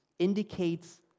indicates